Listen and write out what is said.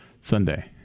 Sunday